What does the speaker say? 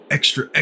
Extra